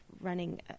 running